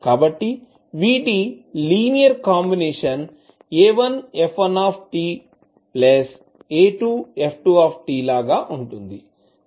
కాబట్టి వీటి linear combination a1f1ta2f2t లాగా ఉంటుంది